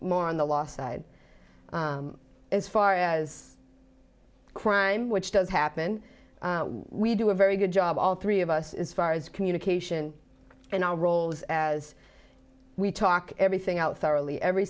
more on the law side as far as crime which does happen we do a very good job all three of us as far as communication in our roles as we talk everything out thoroughly every